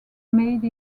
made